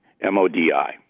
M-O-D-I